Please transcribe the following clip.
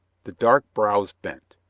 the dark brows bent.